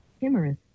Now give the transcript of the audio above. Timorous